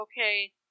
okay